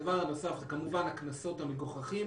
הדבר הנוסף זה כמובן הקנסות המגוחכים